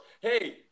Hey